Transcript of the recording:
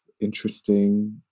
interesting